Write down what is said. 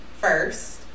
first